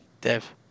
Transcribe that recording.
Dev